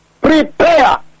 Prepare